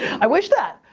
i wish that,